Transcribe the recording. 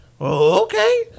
Okay